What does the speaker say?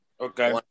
Okay